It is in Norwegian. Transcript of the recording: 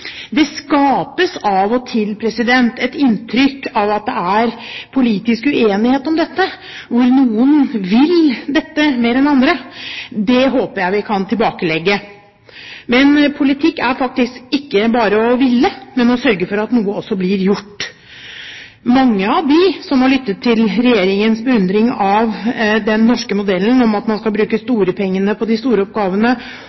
Det skapes av og til et inntrykk av at det er politisk uenighet om dette, at noen vil dette mer enn andre. Det håper jeg vi kan tilbakelegge. Men politikk er faktisk ikke bare å ville, men også å sørge for at noe blir gjort. Mange av dem som har lyttet til Regjeringens beundring av den norske modellen med at man skal bruke